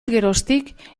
geroztik